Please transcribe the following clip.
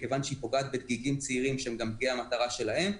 מכיוון שהיא פוגעת בדגיגים צעירים שהם גם דגי המטרה שלהם.